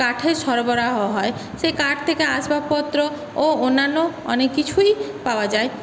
কাঠের সরবরাহ হয় সেই কাঠ থেকে আসবাবপত্র ও অন্যান্য অনেক কিছুই পাওয়া যায়